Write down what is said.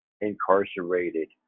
incarcerated